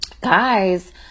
guys